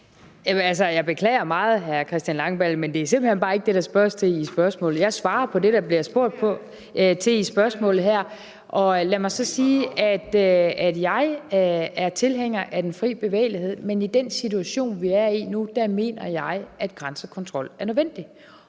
Langballe, men det er simpelt hen bare ikke det, der spørges om i spørgsmålet. Jeg svarer på det, der bliver spurgt om her i spørgsmålet. Og lad mig så sige, at jeg er tilhænger af den fri bevægelighed, men i den situation, vi er i nu, mener jeg, at grænsekontrol er nødvendig.